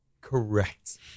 Correct